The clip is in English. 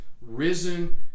risen